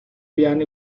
piano